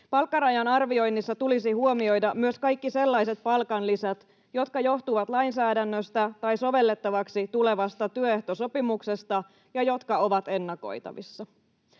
Palkkarajan arvioinnissa tulisi huomioida myös kaikki sellaiset palkanlisät, jotka johtuvat lainsäädännöstä tai sovellettavaksi tulevasta työehtosopimuksesta ja jotka ovat ennakoitavissa.